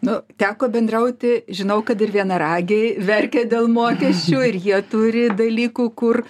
nu teko bendrauti žinau kad ir vienaragiai verkia dėl mokesčių ir jie turi dalykų kur